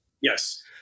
Yes